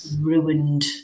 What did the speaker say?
ruined